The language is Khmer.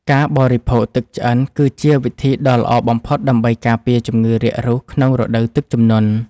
ការបរិភោគទឹកឆ្អិនគឺជាវិធីដ៏ល្អបំផុតដើម្បីការពារជំងឺរាករូសក្នុងរដូវទឹកជំនន់។